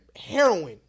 Heroin